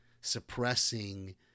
suppressing